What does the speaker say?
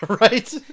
Right